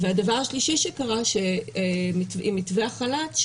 והדבר השלישי שקרה עם מתווה החל"ת הוא